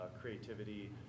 creativity